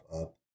up